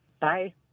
Bye